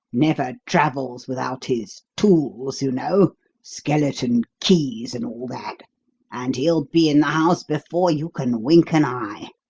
never travels without his tools, you know skeleton keys, and all that and he'll be in the house before you can wink an eye.